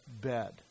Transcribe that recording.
bed